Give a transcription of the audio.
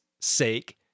sake